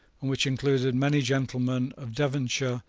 and which included many gentlemen of devonshire,